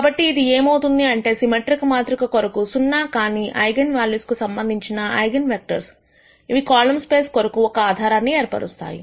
కాబట్టి ఇది ఏమవుతుంది అంటే సిమెట్రిక్ మాతృక కొరకు సున్నా కాని ఐగన్ వాల్యూస్ కు సంబంధించిన ఐగన్ వెక్టర్స్ ఇవి కాలమ్ స్పేస్ కొరకు ఒక ఆధారమును ఏర్పరుస్తాయి